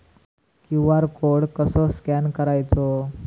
QR code कसो scan करायचो?